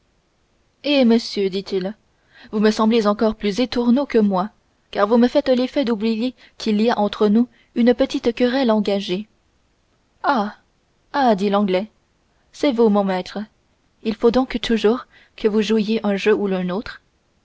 eh monsieur dit-il vous me semblez encore plus étourneau que moi car vous me faites l'effet d'oublier qu'il y a entre nous une petite querelle engagée ah ah dit l'anglais c'est vous mon maître il faut donc toujours que vous jouiez un jeu ou